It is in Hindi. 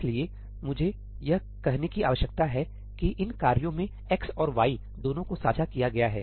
इसलिए मुझे यह कहने की आवश्यकता है कि इन कार्यों में x और y दोनों को साझा किया गया है